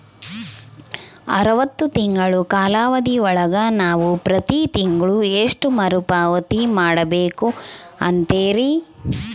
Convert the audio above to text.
ಅರವತ್ತು ತಿಂಗಳ ಕಾಲಾವಧಿ ಒಳಗ ನಾವು ಪ್ರತಿ ತಿಂಗಳು ಎಷ್ಟು ಮರುಪಾವತಿ ಮಾಡಬೇಕು ಅಂತೇರಿ?